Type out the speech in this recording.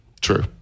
True